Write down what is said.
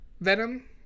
Venom